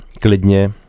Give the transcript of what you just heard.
klidně